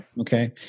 Okay